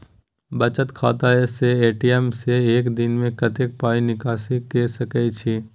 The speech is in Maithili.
बचत खाता स ए.टी.एम से एक दिन में कत्ते पाई निकासी के सके छि?